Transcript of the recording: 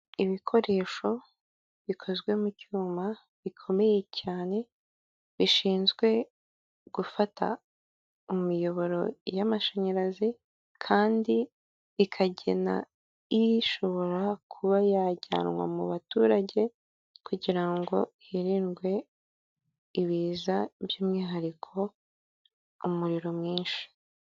Ibikoresho bikozwe mu byuma bikomeye cyane bishinzwe gufata imiyoboro y'amashanyarazi kandi ikagena ishobora kuba yajyanwa mu baturage kugira ngo hirindwe ibiza by'umwihariko umuriro mwinshi.